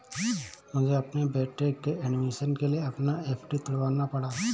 मुझे अपने बेटे के एडमिशन के लिए अपना एफ.डी तुड़वाना पड़ा